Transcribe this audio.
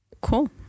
Cool